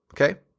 Okay